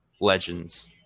legends